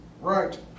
Right